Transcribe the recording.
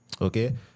okay